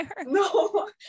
no